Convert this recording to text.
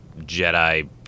Jedi